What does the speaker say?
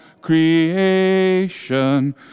creation